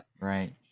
right